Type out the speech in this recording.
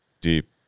Deep